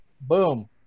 Boom